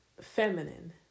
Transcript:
Feminine